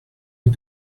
you